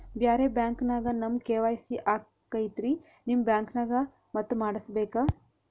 ಬ್ಯಾರೆ ಬ್ಯಾಂಕ ನ್ಯಾಗ ನಮ್ ಕೆ.ವೈ.ಸಿ ಆಗೈತ್ರಿ ನಿಮ್ ಬ್ಯಾಂಕನಾಗ ಮತ್ತ ಮಾಡಸ್ ಬೇಕ?